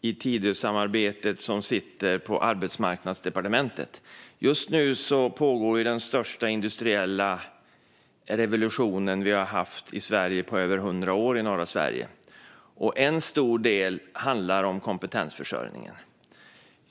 i Tidösamarbetet som sitter på Arbetsmarknadsdepartementet. Just nu pågår i norra Sverige den största industriella revolution vi haft i Sverige på över hundra år. En stor del handlar om kompetensförsörjningen.